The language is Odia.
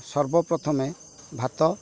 ସର୍ବପ୍ରଥମେ ଭାତ